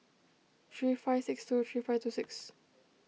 three five six two three five two six